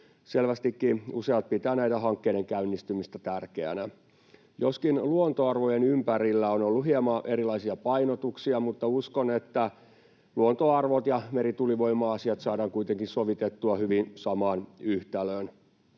Selvästikin useat pitävät näiden hankkeiden käynnistymistä tärkeänä — joskin luontoarvojen ympärillä on ollut hieman erilaisia painotuksia, mutta uskon, että luontoarvot ja merituulivoima-asiat saadaan kuitenkin hyvin sovitettua samaan yhtälöön.